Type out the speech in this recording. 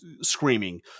screaming